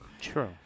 True